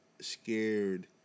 scared